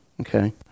okay